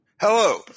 Hello